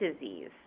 disease